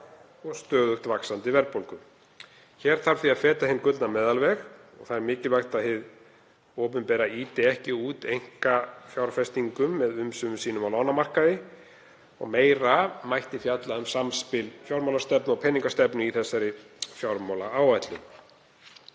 og stöðugt vaxandi verðbólgu. Hér þarf að feta hinn gullna meðalveg. Mikilvægt er að hið opinbera ýti ekki út einkafjárfestingum með umsvifum sínum á lánamarkaði og meira mætti fjalla um samspil fjármálastefnu og peningastefnu í þessari fjármálaáætlun.